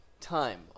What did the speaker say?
time